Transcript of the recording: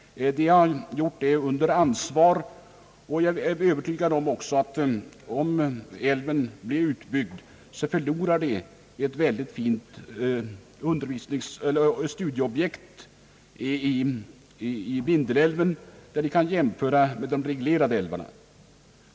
Vi har gjort det under ansvar, och jag är övertygad om att man, om älven blir utbyggd, förlorar ett mycket fint studieobjekt när det gäller att göra jämförelser med de reglerade älvarna.